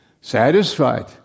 Satisfied